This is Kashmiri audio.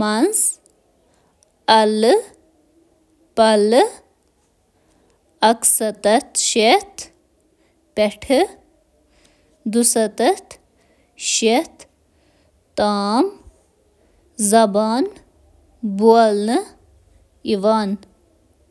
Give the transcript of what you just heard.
منٛز تقریباً ستھ ساس -ستتھ اکھ ہتھ پنژاہ, زبانہٕ بولنہٕ یوان: